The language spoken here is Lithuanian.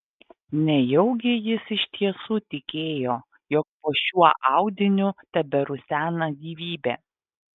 nejaugi jis iš tiesų tikėjo jog po šiuo audiniu teberusena gyvybė